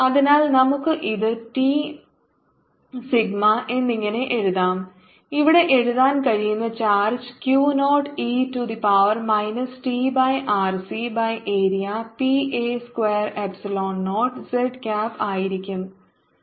അതിനാൽ നമുക്ക് ഇത് ഇ ടി സിഗ്മ എന്നിങ്ങനെ എഴുതാം ഇവിടെ എഴുതാൻ കഴിയുന്ന charge Q naught E to power minus T by RC by area P A square epsilon naught z cap ആയിരിക്കുംആണ്